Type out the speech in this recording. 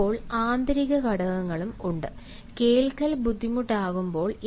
ഇപ്പോൾ ആന്തരിക ഘടകങ്ങളും ഉണ്ട് കേൾക്കൽ ബുദ്ധിമുട്ടാകുമ്പോൾ